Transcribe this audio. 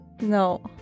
No